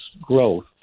growth